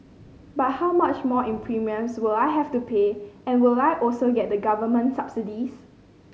but how much more in premiums will I have to pay and will I also get the government subsidies